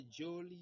Jolie